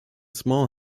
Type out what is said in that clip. small